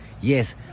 Yes